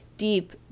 deep